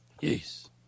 Yes